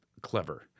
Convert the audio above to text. clever